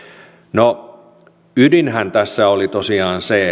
no ydinhän tässä oli tosiaan se